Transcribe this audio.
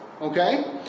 Okay